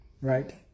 Right